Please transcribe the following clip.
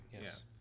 yes